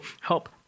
help